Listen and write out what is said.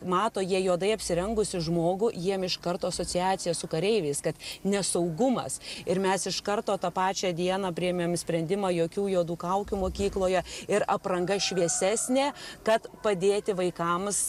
mato jie juodai apsirengusį žmogų jiem iš karto asociacija su kareiviais kad nesaugumas ir mes iš karto tą pačią dieną priėmėm sprendimą jokių juodų kaukių mokykloje ir apranga šviesesnė kad padėti vaikams